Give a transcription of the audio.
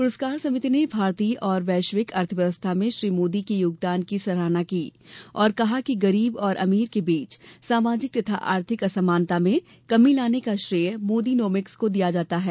पुरस्कार समिति ने भारतीय और वैश्विक अर्थव्यवस्था में श्री मोदी के योगदान की सराहना की और कहा कि गरीब और अमीर के बीच सामाजिक तथा आर्थिक असमानता में कमी लाने का श्रेय मोदीनोमिक्स को जाता है